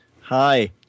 Hi